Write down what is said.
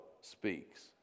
speaks